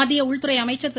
மத்திய உள்துறை அமைச்சர் திரு